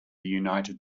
united